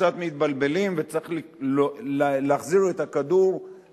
לפעמים אנחנו גם קצת מתבלבלים וצריך להחזיר את הכדור למגרש.